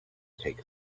take